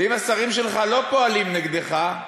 ואם השרים שלך לא פועלים נגדך,